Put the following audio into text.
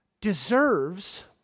deserves